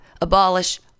Abolish